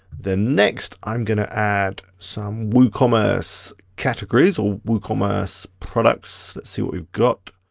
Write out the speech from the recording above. then next, i'm gonna add some woocommerce categories or woocommerce products. let's see we've got.